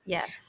Yes